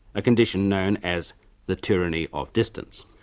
a condition known as the tyranny of distance.